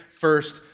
first